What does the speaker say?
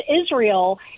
Israel